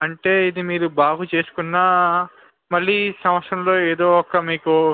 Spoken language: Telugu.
అంటే ఇది మీరు బాగు చేసుకున్నా మళ్ళీ సంవత్సరంలో ఏదో ఒక మీకు